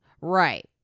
Right